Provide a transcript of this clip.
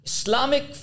Islamic